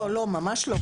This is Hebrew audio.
ממש לא.